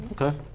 Okay